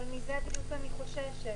אבל מזה בדיוק אני חוששת.